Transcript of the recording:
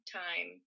time